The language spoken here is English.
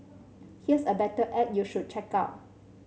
here's a better ad you should check out